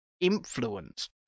influence